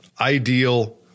ideal